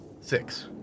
six